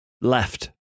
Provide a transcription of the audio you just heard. left